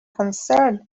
concerned